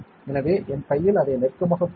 எனவே என் கையில் அதை நெருக்கமாகப் பாருங்கள்